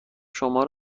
شما